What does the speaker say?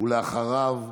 ואחריו,